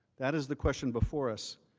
that is the question before us.